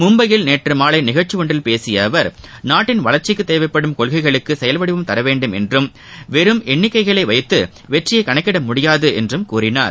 மும்பையில் நேற்று மாலை நிகழ்ச்சி ஒன்றில் பேசிய அவர் நாட்டின் வளர்ச்சிக்கு தேவைப்படும் கொள்கைகளுக்கு செயல்வடிவம் தரவேண்டும் என்றும் வெறும் எண்ணிக்கைகளை வைத்து வெற்றியை கணக்கிட முடியாது என்றும் கூறினார்